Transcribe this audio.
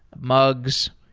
mugs,